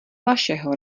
vašeho